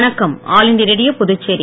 வணக்கம் all India Radio Puducherry